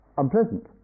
unpleasant